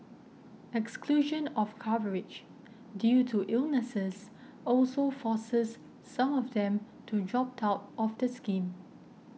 exclusion of coverage due to illnesses also forces some of them to dropped out of the scheme